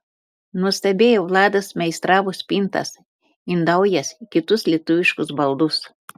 nuostabiai vladas meistravo spintas indaujas kitus lietuviškus baldus